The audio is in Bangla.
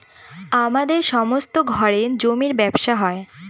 আমাদের সমস্ত ঘরে জমির ব্যবসা হয়